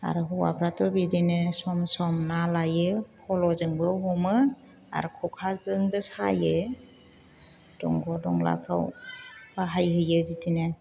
आरो हौवाफ्राथ' बिदिनो सम सम ना लायो फल'जोंबो हमो आरो ख'खाजोंबो सायो दंग' दंलाफ्राव बाहायहैयो बिदिनो